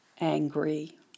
angry